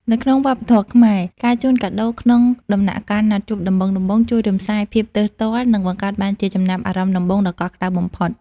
នៅក្នុងវប្បធម៌ខ្មែរ ការជូនកាដូក្នុងដំណាក់កាលណាត់ជួបដំបូងៗ ជួយរំសាយយភាពទើសទាល់ និងបង្កើតបានជាចំណាប់អារម្មណ៍ដំបូងដ៏កក់ក្ដៅបំផុត។